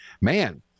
man